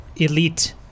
elite